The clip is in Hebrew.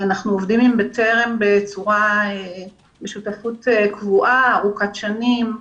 אנחנו עובדים עם בטרם בשותפות קבועה, ארוכת שנים.